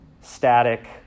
static